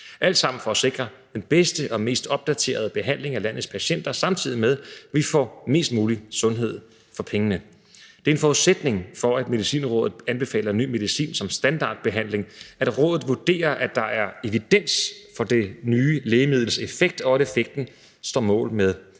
alt sammen for at sikre den bedste og mest opdaterede behandling af landets patienter, samtidig med at vi får mest mulig sundhed for pengene. Det er en forudsætning for, at Medicinrådet anbefaler ny medicin som standardbehandling, at rådet vurderer, at der er evidens for det nye lægemidlets effekt, og at effekten står mål med